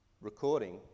recording